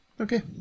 Okay